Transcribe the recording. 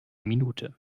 minute